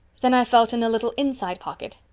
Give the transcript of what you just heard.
then i felt in a little inside pocket.